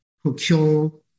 procure